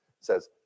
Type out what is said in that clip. says